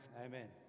amen